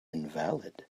invalid